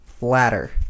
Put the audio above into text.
ladder